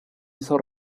hizo